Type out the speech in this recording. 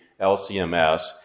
LCMS